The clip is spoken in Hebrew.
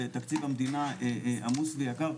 ותקציב המדינה עמוס ויקר,